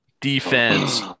defense